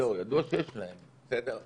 ידוע שיש להם, בסדר?